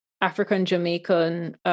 African-Jamaican